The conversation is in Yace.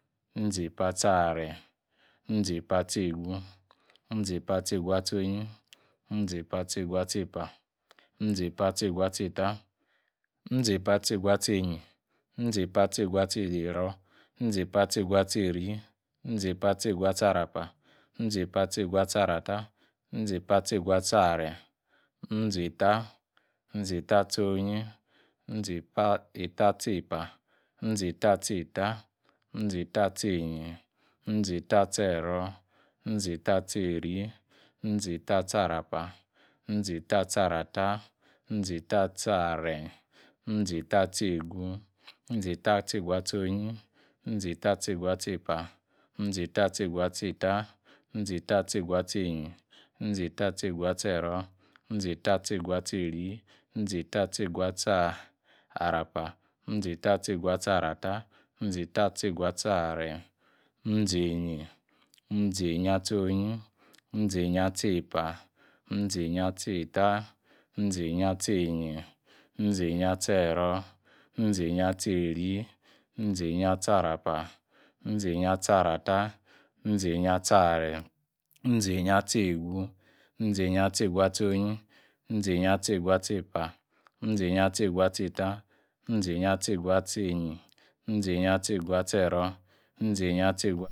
Mzi-epa-atiaranyi, mzi-epa-atiegu, mziepa-atiegu-atieonyi, mzi-epa-tegu-atiepa mzi-epa-atiegu-atieta, mzi-epa-atiegu atienyi, mzi-epa-atiegu-atiero, mzi-tpa-atiegu-atieri, mzi-epa-atiegu-atiearapa, mzi-epa-ategu-atiearata, mzi-epa-ategu-atiearanyin, mzi-epa-ategu-atiegu Mzi-eta, mzi-eta-atieonyi, mzi-eta-atiepa, mzi-eta-atienyin, mzi-eta-atiero mzi-eta-atieri, mzi-eta-atiearanyi, mzi-eta-atiearata, mzi-eta-atiegu, mzi-eta-atieanyin, mzi-eta-atiegu, mzi-eta-atiegu-atieanyin, mzi-eta-atiegu-atiepa, mzi-eta-atiegu-atieta. mzi-eta-atiegu-atienyin, mzi-eta-ategu-atiero, mzi-eta-ategu-atieri, mzi-eta-ategu-atiearapa, mzi-eta-ategu-atieratar mzi-epa-ategu-atiearanyin, mzi-eta, mzi-eta-atieonyi, mzi-eta-atiepa, mzi-eta-atieta, mzi-eta-atienyin, mzi-eta-atieno, mzi-eta-atieri, mzi-eta-atierapa, mzi-ate-atienapa, mzi-eta-atiearata, mzi-eta-atiera-nyin, mzi-enyin, mzi-enyin-atienyi, mzi-enyin-atiepa, mzi-enyin-atieta, mzi-enying-atieri. nyin, mzi-enyin-atiero, mzi-enying-ateiri, mzi-enyin-atiearapa. mzi-enyin-atierata, mzi-enyin-atiearanyin, mzi-enzin-atiegu, mzi-enyin-atiegu-atieonyi. mzi-enyin-atie mzi-enyin-atiegu-atiepa, mzi-enyin-atiegu atieta, mzi-enyin-atiegu-atienyin, mzi-enyin-atiegu-atiero, mzi-enyin-atiegu